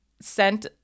sent